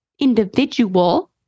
Individual